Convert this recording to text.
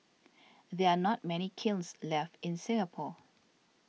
there are not many kilns left in Singapore